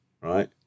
Right